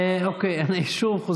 אם אין, אוקיי.